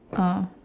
uh